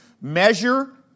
measure